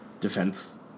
defense